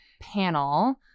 panel